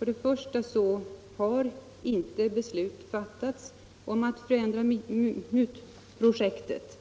Ännu föreligger det intet beslut om att förändra MUT-projektet.